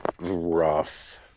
rough